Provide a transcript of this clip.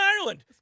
Ireland